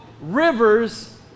rivers